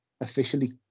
officially